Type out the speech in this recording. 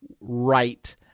Right